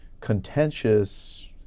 contentious